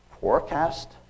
forecast